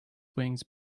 wings